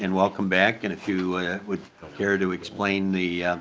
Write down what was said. and welcome back. and if you would care to explain the